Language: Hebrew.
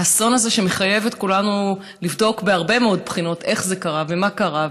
האסון הזה שמחייב את כולנו לבדוק בהרבה מאוד בחינות איך זה קרה ומה קרה,